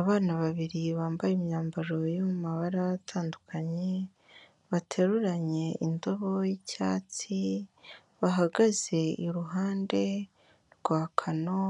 Abana babiri bambaye imyambaro yo mu mabara atandukanye bateruranye indobo yicyatsi, bahagaze iruhande rwa kano